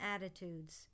attitudes